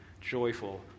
joyful